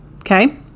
Okay